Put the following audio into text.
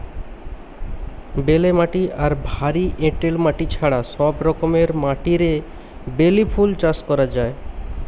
বেলে মাটি আর ভারী এঁটেল মাটি ছাড়া সব রকমের মাটিরে বেলি ফুল চাষ করা যায়